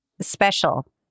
special